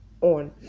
on